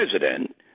president